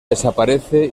desaparece